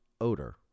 odor